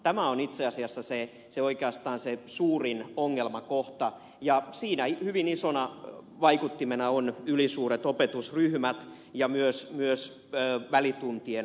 tämä on itse asiassa oikeastaan se suurin ongelmakohta ja siinä hyvin isona vaikuttimena on ylisuuret opetusryhmät ja myös välituntien valvonta